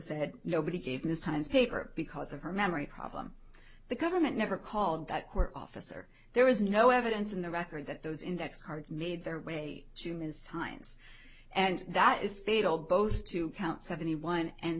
said nobody gave miss time's paper because of her memory problem the government never called that court officer there is no evidence in the record that those index cards made their way to ms times and that is fatal both to count seventy one and